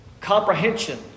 comprehension